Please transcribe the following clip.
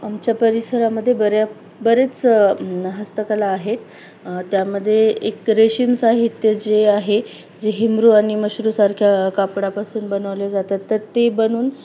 आमच्या परिसरामध्ये बऱ्या बरेच हस्तकला आहेत त्यामध्ये एक रेशिम्स आहेत ते जे आहे जे हिमरू आणि मशरूसारख्या कापडापासून बनवले जातात तर ते बनवून